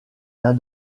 d’un